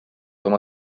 oma